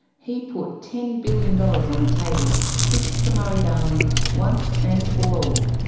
he put ten billion dollars on the table to fix the murray-darling once and for all.